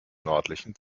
nördlichen